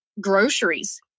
groceries